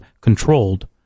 controlled